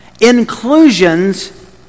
inclusions